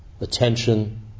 attention